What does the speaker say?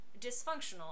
dysfunctional